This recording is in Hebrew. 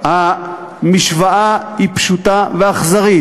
המשוואה היא פשוטה ואכזרית.